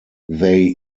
they